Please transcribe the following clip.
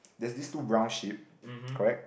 there's these two brown sheep correct